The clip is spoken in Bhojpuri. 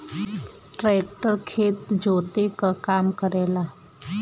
ट्रेक्टर खेत जोते क काम करेला